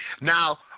Now